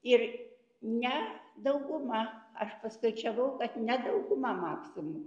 ir ne dauguma aš paskaičiavau kad ne dauguma maksimų